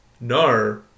No